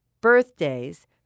birthdays